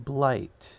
Blight